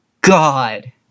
God